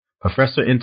Professor